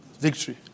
Victory